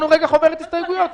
לא.